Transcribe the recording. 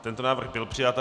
Tento návrh byl přijat.